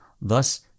Thus